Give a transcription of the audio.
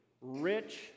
rich